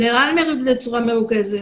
לאן בצורה מרוכזת,